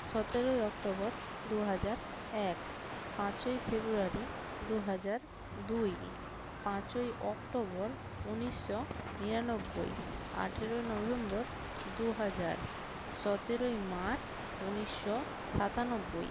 সতেরোই অক্টোবর দু হাজার এক পাঁচই ফেব্রুয়ারি দু হাজার দুই পাঁচই অক্টোবর উনিশশো নিরানব্বই আঠেরোই নভেম্বর দু হাজার সতেরোই মার্চ উনিশশো সাতানব্বই